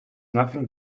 nothing